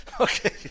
Okay